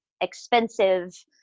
expensive